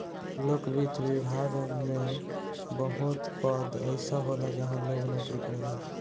लोक वित्त विभाग में बहुत पद अइसन होला जहाँ लोग नोकरी करेला